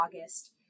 August